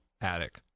attic